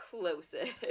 closest